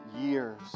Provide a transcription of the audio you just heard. years